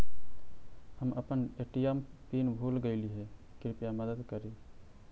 हम अपन ATM pin भूल गईली हे, कृपया मदद करी